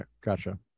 gotcha